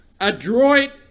adroit